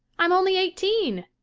i'm only eighteen.